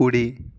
కుడి